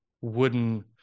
wooden